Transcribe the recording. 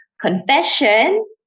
Confession